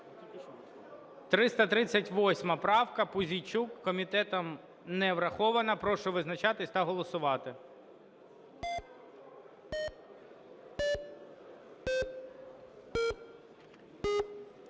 338 правка, Пузійчук, комітетом не врахована. Прошу визначатись та голосувати.